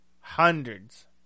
hundreds